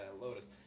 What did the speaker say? Lotus